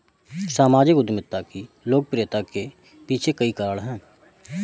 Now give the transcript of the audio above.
सामाजिक उद्यमिता की लोकप्रियता के पीछे कई कारण है